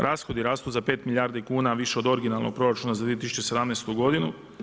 Rashodi rastu za pet milijardi kuna više od originalnog proračuna za 2017. godinu.